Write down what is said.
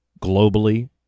globally